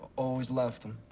always left them.